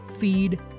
Feed